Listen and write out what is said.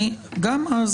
גם אז.